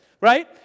Right